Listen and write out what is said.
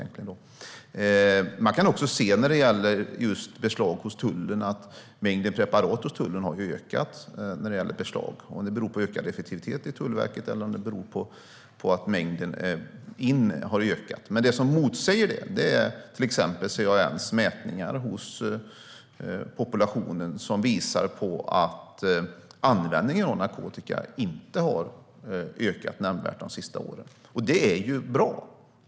När det gäller just beslag i tullen har mängden beslagtagna preparat ökat. Jag vet inte om det beror på ökad effektivitet inom Tullverket eller på att mängden in har ökat. Det som motsäger det senare är till exempel CAN:s mätningar bland populationen. De visar på att användningen av narkotika inte har ökat nämnvärt de senaste åren. Det är ju bra.